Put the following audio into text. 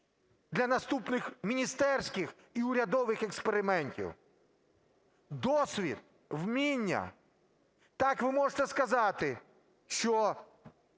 для наступних міністерських і урядових експериментів. Досвід, вміння… Так, ви можете сказати, що…